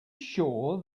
sure